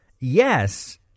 yes